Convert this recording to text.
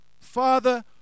Father